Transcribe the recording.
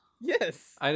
Yes